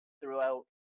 throughout